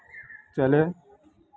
चले